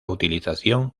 utilización